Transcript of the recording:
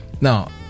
Now